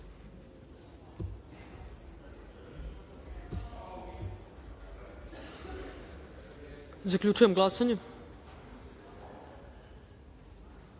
zaključuje glasanje